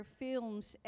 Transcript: films